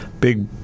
big